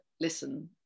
listen